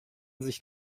sich